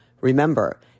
Remember